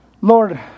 Lord